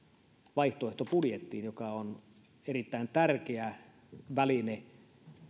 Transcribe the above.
vaihtoehtobudjettiin joka on erittäin tärkeä väline